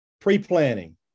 Pre-planning